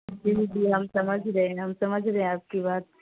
جی جی ہم سمجھ رہے ہیں ہم سمجھ رہے ہیں آپ کی بات